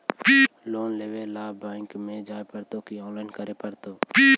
Loan लेवे ल bank में जाय पड़तै कि औनलाइन करे पड़तै?